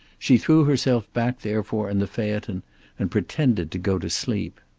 she threw herself back therefore in the phaeton and pretended to go to sleep.